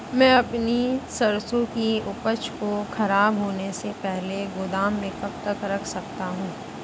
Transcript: मैं अपनी सरसों की उपज को खराब होने से पहले गोदाम में कब तक रख सकता हूँ?